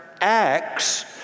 acts